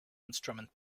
instrument